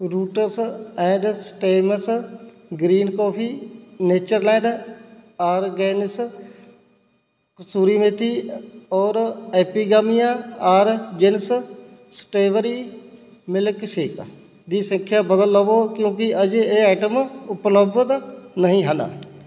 roots and stems green coffee Natureland organics kasuri methi ਔਰ Epigamia origins strawberry milkshake ਦੀ ਸੰਖਿਆ ਬਦਲ ਲਓ ਕਿਉਂਕਿ ਅਜੇ ਇਹ ਆਈਟਮ ਉਪਲੱਬਧ ਨਹੀਂ ਹਨ